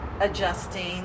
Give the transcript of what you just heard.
adjusting